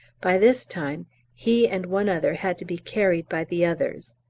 by this time he and one other had to be carried by the others.